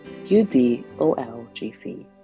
UDOLGC